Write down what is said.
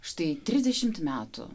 štai trisdešimt metų